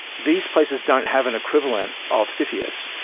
these places don't have an equivalent of cfius.